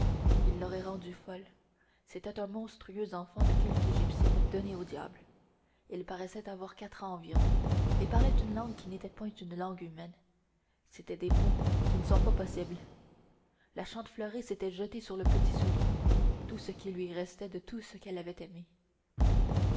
il l'aurait rendue folle c'était un monstrueux enfant de quelque égyptienne donnée au diable il paraissait avoir quatre ans environ et parlait une langue qui n'était point une langue humaine c'étaient des mots qui ne sont pas possibles la chantefleurie s'était jetée sur le petit soulier tout ce qui lui restait de tout ce qu'elle avait aimé